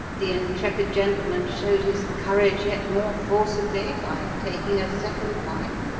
the intrepid gentleman showed his courage yet more forcibly by taking a second wife?